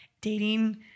dating